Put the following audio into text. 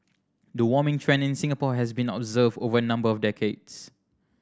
the warming trend in Singapore has been observed over a number of decades